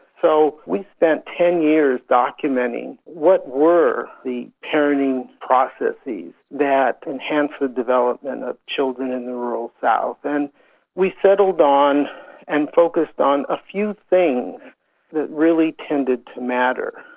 so we spent ten years documenting what were the parenting processes that enhanced the development of children in the rural south. and we settled on and focused on a few things that really tended to matter.